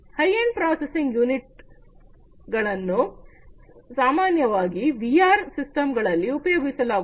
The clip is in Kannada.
ಹೈ ಎಂಡ್ ಪ್ರಾಸೆಸಿಂಗ್ ಯೂನಿಟ್ ಗಳನ್ನು ಸಾಮಾನ್ಯವಾಗಿ ವಿಆರ್ ಸಿಸ್ಟಂಗಳಲ್ಲಿ ಉಪಯೋಗಿಸಲಾಗುತ್ತದೆ